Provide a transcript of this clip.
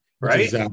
right